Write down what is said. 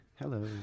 Hello